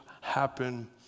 happen